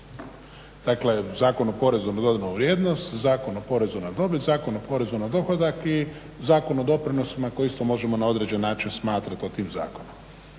Dakle, Zakon o porezu na … vrijednost, Zakon o porezu na dobit, Zakon o porezu na dohodak i Zakon o doprinosima, koje isto možemo na određeni način smatrati tim zakonom.